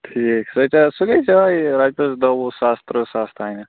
ٹھیٖک سُہ تہِ حظ سُہ گَژھہِ یُہوے رۄپیَس دَہ وُہ ساس ترٕہ ساس تانۍ